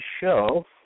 show